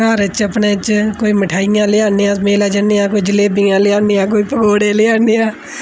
घर च अपने च कोई मठाइयां लेआने आं मेलै जन्ने आं कोई जलेबियां लेआने आं कोई पकोड़े लेआने आं